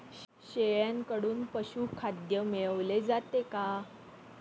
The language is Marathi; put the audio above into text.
शेळ्यांकडून पशुखाद्य मिळवले जाते का?